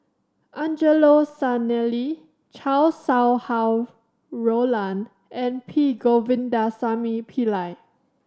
Angelo Sanelli Chow Sau Hai Roland and P Govindasamy Pillai